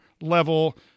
level